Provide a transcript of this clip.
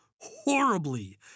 horribly